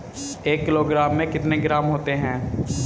एक किलोग्राम में कितने ग्राम होते हैं?